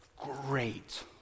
great